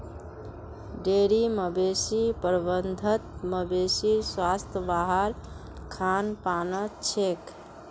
dairy मवेशी प्रबंधत मवेशीर स्वास्थ वहार खान पानत छेक